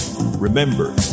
Remember